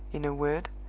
in a word,